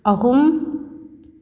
ꯑꯍꯨꯝ